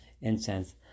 incense